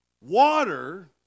water